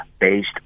based